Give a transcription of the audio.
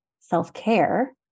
self-care